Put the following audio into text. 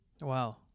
Wow